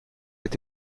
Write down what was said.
est